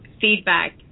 feedback